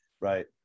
Right